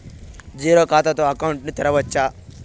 Zero ఖాతా తో account ను తెరవచ్చా?